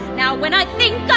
now, when i